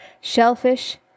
shellfish